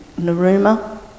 Naruma